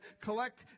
Collect